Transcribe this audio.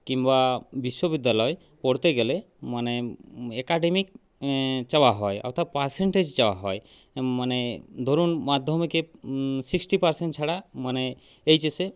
কিংবা বিশ্ববিদ্যালয়ে পড়তে গেলে মানে অ্যাকাডেমিক চাওয়া হয় অর্থাৎ পার্সেন্টেজ চাওয়া হয় মানে ধরুন মাধ্যমিকে সিক্সটি পার্সেন্ট ছাড়া মানে এইচএসে